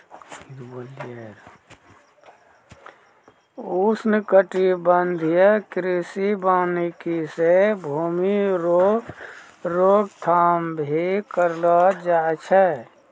उष्णकटिबंधीय कृषि वानिकी से भूमी रो रोक थाम भी करलो जाय छै